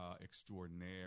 extraordinaire